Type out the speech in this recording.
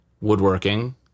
woodworking